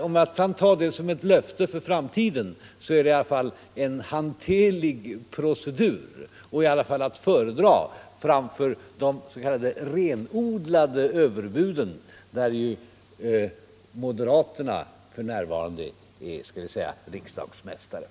Om jag kan ta det som ett löfte för framtiden innebär det i alla fall en hanterlig procedur och är att föredra framför de renodlade överbud som moderaterna för närvarande är ”riksdagsmästare” i att lägga fram.